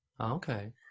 Okay